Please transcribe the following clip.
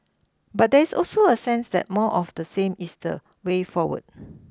but there is also a sense that more of the same is the way forward